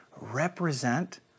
represent